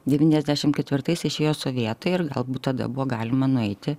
deyniasdešimt ketvirtais išėjo sovietai ir galbūt tada buvo galima nueiti